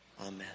Amen